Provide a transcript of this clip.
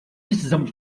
precisamos